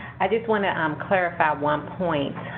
i just want to um clarify one point.